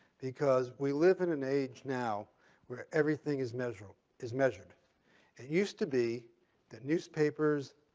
because we live in an age now where everything is measured is measured. it used to be that newspapers,